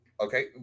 okay